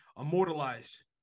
immortalized